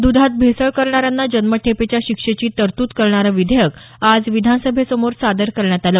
दधात भेसळ करणाऱ्यांना जन्मठेपेच्या शिक्षेची तरतूद करणारं विधेयक आज विधानसभेसमोर सादर करण्यात आलं